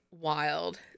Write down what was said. wild